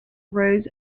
rose